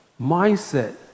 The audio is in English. mindset